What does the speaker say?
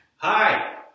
Hi